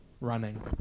Running